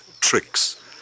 tricks